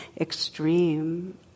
extreme